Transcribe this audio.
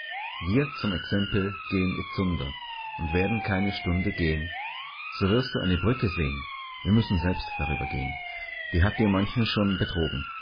wir zum exempel gehn itzunder und werden keine stunde gehn so wirst du eine brücke sehn wir müssen selbst darüber gehn die hat dir manchen schon betrogen